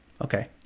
okay